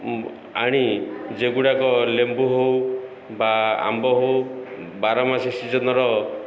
ଆଣି ଯେଗୁଡ଼ାକ ଲେମ୍ବୁ ହଉ ବା ଆମ୍ବ ହଉ ବାରମାସ ସିଜନର